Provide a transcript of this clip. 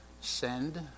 send